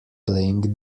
playing